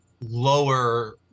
lower